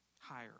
higher